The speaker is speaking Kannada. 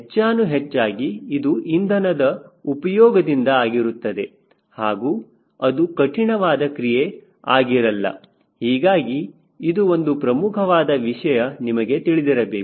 ಹೆಚ್ಚಾನು ಹೆಚ್ಚಾಗಿ ಇದು ಇಂಧನದ ಉಪಯೋಗದಿಂದ ಆಗಿರುತ್ತದೆ ಹಾಗೂ ಅದು ಕಠಿಣವಾದ ಕ್ರಿಯೆ ಆಗಿರಲ್ಲ ಹೀಗಾಗಿ ಇದು ಒಂದು ಪ್ರಮುಖವಾದ ವಿಷಯ ನಿಮಗೆ ತಿಳಿದಿರಬೇಕು